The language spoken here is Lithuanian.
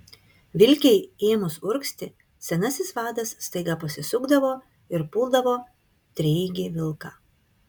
vilkei ėmus urgzti senasis vadas staiga pasisukdavo ir puldavo treigį vilką